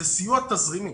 זה סיוע תזרימי.